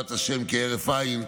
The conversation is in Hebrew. לישועת השם כהרף עין,